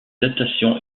datation